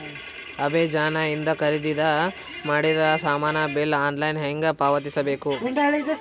Amazon ಇಂದ ಖರೀದಿದ ಮಾಡಿದ ಸಾಮಾನ ಬಿಲ್ ಆನ್ಲೈನ್ ಹೆಂಗ್ ಪಾವತಿಸ ಬೇಕು?